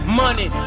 money